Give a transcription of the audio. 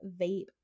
vape